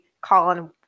Colin